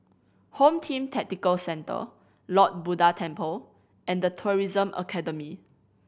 Home Team Tactical Centre Lord Buddha Temple and The Tourism Academy